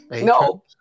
No